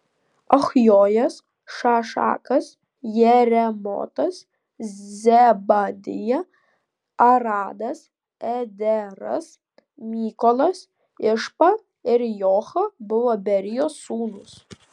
achjojas šašakas jeremotas zebadija aradas ederas mykolas išpa ir joha buvo berijos sūnūs